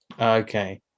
Okay